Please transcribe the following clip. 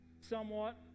somewhat